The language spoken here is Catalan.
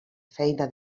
feina